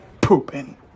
pooping